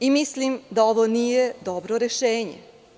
Mislim da ovo nije dobro rešenje.